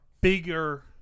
bigger